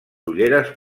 ulleres